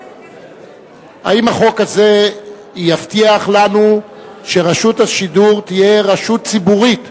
האם החוק הזה יבטיח לנו שרשות השידור תהיה רשות ציבורית,